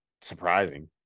surprising